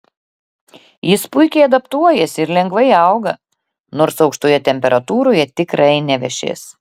jis puikiai adaptuojasi ir lengvai auga nors aukštoje temperatūroje tikrai nevešės